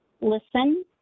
Listen